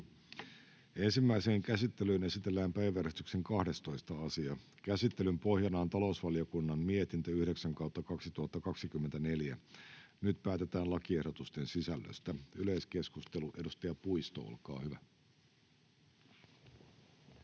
Ensimmäiseen käsittelyyn esitellään päiväjärjestyksen 12. asia. Käsittelyn pohjana on talousvaliokunnan mietintö TaVM 9/2024 vp. Nyt päätetään lakiehdotusten sisällöstä. — Yleiskeskustelu, edustaja Puisto, olkaa hyvä.